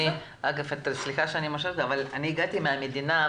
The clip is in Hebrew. אני הגעתי ממדינה,